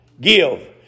Give